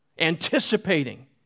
Anticipating